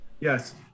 Yes